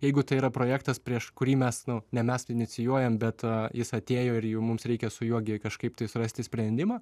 jeigu tai yra projektas prieš kurį mes nu ne mes inicijuojam bet jis atėjo ir jau mums reikia su juo gi kažkaip tai surasti sprendimą